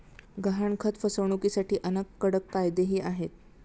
गहाणखत फसवणुकीसाठी अनेक कडक कायदेही आहेत